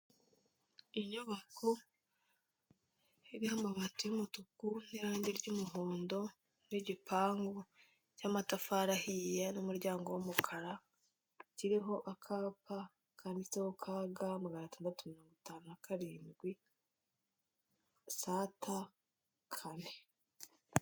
Inyubako iriho amabati y'umutuku n'irange ry'umuhondo n'igipangu cy'amatafari ahiye n'umuryango w'umukara, kiriho akapa kanditseho KG magana atandatu mirongo itanu na karindwi, ST kane.